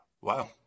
Wow